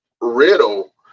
Riddle